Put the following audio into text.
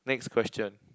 next question